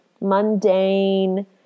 mundane